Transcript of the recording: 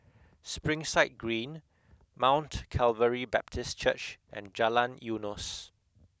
Springside Green Mount Calvary Baptist Church and Jalan Eunos